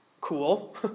cool